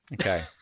Okay